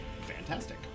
fantastic